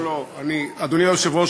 אדוני היושב-ראש,